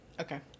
Okay